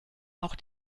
auch